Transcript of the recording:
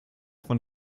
von